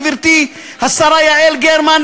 גברתי השרה יעל גרמן,